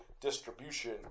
distribution